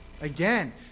Again